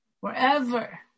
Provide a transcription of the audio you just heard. Wherever